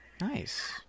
Nice